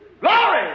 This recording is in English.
Glory